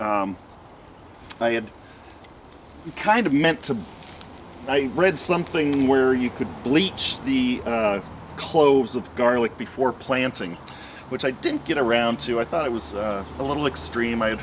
i had kind of meant to i read something where you could bleach the cloves of garlic before planting which i didn't get around to i thought it was a little extreme i